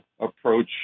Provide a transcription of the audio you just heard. approach